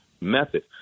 method